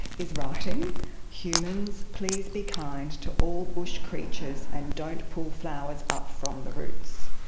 is writing humans, please be kind to all bush creatures and don't pull flowers up from the roots.